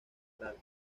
gral